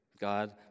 God